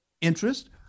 interest